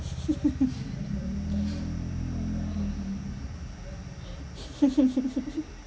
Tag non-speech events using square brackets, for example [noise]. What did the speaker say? [laughs] [laughs]